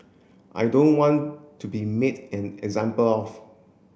I don't want to be made an example of